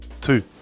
two